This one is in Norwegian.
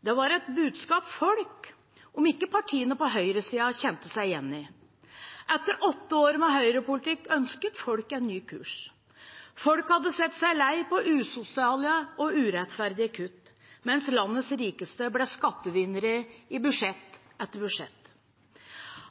Det var et budskap folk, om ikke partiene på høyresiden, kjente seg igjen i. Etter åtte år med høyrepolitikk ønsket folk en ny kurs. Folk hadde sett seg lei på usosiale og urettferdige kutt, mens landets rikeste ble skattevinnere i budsjett etter budsjett,